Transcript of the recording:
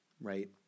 right